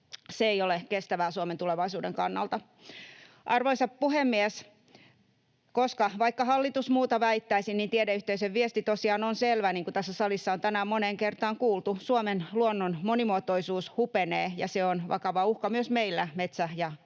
Se ei ole kestävää Suomen tulevaisuuden kannalta. Arvoisa puhemies! Vaikka hallitus muuta väittäisi, niin tiedeyhteisön viesti tosiaan on selvä, niin kuin tässä salissa on tänään moneen kertaan kuultu: Suomen luonnon monimuotoisuus hupenee, ja se on vakava uhka myös meillä muun muassa